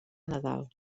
nadal